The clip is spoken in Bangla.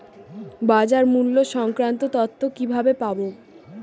বাজার মূল্য সংক্রান্ত তথ্য কিভাবে পাবো?